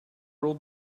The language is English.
ruled